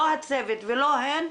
לא הצוות ולא הן,